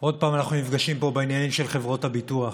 עוד פעם אנחנו נפגשים פה בעניינים של חברות הביטוח.